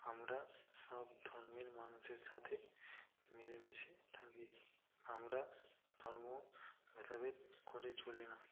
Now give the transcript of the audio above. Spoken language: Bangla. আমরা সব ধর্মের মানুষের সাথে মিলেমিশে থাকি আমরা ধর্ম ভেদাভেদ করে চলি না